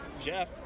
Jeff